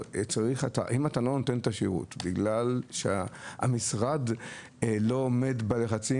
אם אתה לא נותן את השירות בגלל שהמשרד לא עומד בלחצים